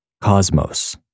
cosmos